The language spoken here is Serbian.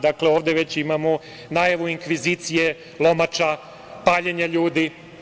Dakle, ovde već imamo najavu inkvizicije, lomača, paljenje ljudi.